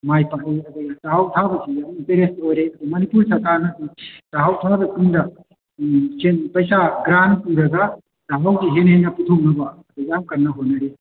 ꯃꯥꯏ ꯄꯥꯛꯏ ꯑꯗꯩ ꯆꯥꯛꯍꯥꯎ ꯊꯥꯕꯁꯤꯁꯨ ꯌꯥꯝ ꯏꯟꯇꯔꯦꯁ ꯑꯣꯏꯔꯦ ꯃꯅꯤꯄꯨꯔ ꯁꯔꯀꯥꯔꯅꯁꯨ ꯆꯥꯛꯍꯥꯎ ꯊꯥꯕꯁꯤꯡꯗ ꯁꯦꯟ ꯄꯩꯁꯥ ꯒ꯭ꯔꯥꯟ ꯄꯤꯔꯒ ꯑꯃꯨꯛ ꯍꯦꯟꯅ ꯍꯦꯟꯅ ꯄꯨꯊꯣꯛꯅꯕ ꯌꯥꯝ ꯀꯟꯅ ꯍꯣꯠꯅꯔꯤ